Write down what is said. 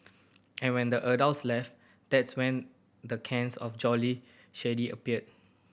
and when the adults left that's when the cans of Jolly Shandy appear